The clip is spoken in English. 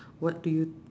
what do you